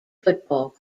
football